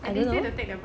I don't know